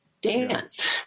dance